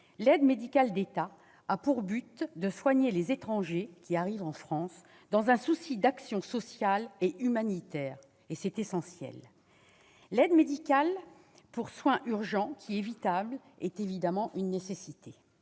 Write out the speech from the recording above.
l'aide médicale de l'État a pour but de soigner les étrangers arrivant en France, dans un souci d'action sociale et humanitaire. C'est essentiel. L'aide médicale pour soins urgents, qui est vitale, est évidemment une nécessité.